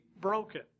broken